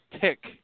tick